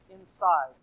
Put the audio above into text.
inside